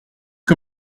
que